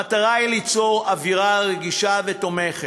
המטרה היא ליצור אווירה רגישה ותומכת.